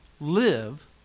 live